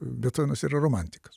bethovenas yra romantikas